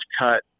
cut